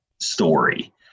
story